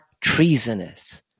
treasonous